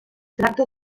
tracta